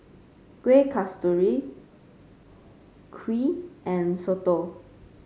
Kueh Kasturi Kuih and Soto